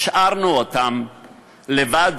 השארנו אותם לבד,